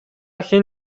хэн